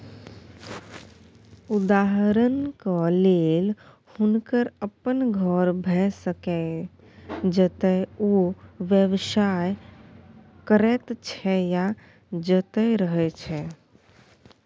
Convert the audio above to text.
उदहारणक लेल हुनकर अपन घर भए सकैए जतय ओ व्यवसाय करैत छै या जतय रहय छै